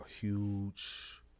huge